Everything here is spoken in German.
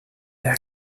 der